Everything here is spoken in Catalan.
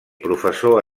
professor